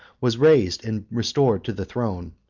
was raised and restored to the throne.